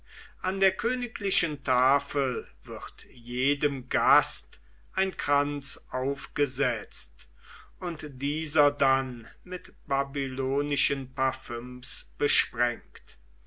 an der königlichen tafel wird jedem gast ein kranz aufgesetzt und dieser dann mit babylonischen parfüms besprengt